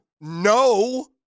No